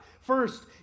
First